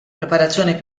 preparazione